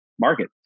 market